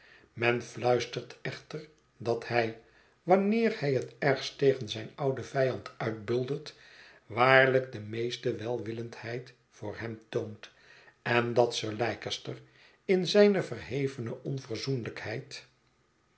men fluistert echter dat hij wanneer hij het ergst tegen zijn ouden vijand uitbuldert waarlijk de meeste welwillendheid voor hem toont en dat sir leicester in zijne verhevene